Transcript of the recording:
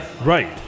right